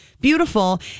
beautiful